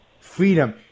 freedom